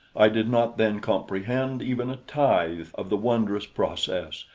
i did not then comprehend even a tithe of the wondrous process,